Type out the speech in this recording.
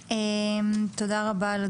רבה,